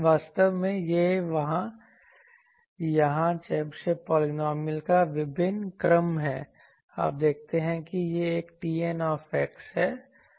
वास्तव में यह यहाँ चेबेशेव पॉलिनॉमियल का विभिन्न क्रम है आप देखते हैं कि यह एक Tn है